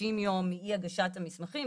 שישים יום של אי הגשת המסמכים,